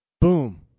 boom